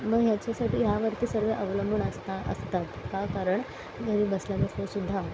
मग ह्याच्यासाठी ह्यावरती सर्व अवलंबून असता असतात का कारण घरी बसल्या बसल्या सुद्धा